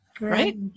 right